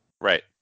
Right